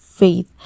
Faith